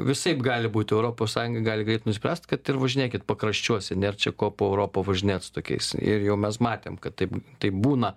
visaip gali būti europos sąjunga gali greit nuspręst kad ir važinėkit pakraščiuose nėr čia ko po europą važinėt tokiais ir jau mes matėm kad taip taip būna